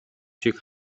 шиг